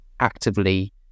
actively